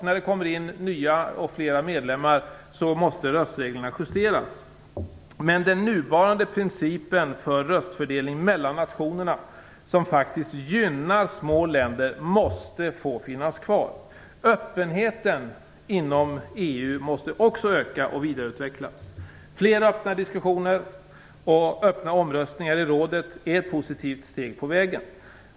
När det kommer in flera medlemmar måste röstreglerna självfallet justeras, men den nuvarande principen för röstfördelning mellan nationerna, som faktiskt gynnar små länder, måste få finnas kvar. Öppenheten inom EU måste också öka och vidareutvecklas. Fler öppna diskussioner och öppna omröstningar i rådet är ett steg på vägen.